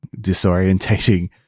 disorientating